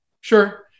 sure